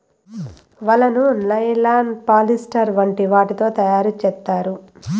వలను nylon, polyester వంటి వాటితో తయారు చేత్తారు